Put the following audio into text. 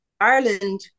Ireland